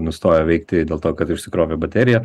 nustoja veikti dėl to kad išsikrovė baterija